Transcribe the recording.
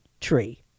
Tree